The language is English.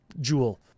jewel